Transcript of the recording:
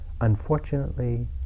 Unfortunately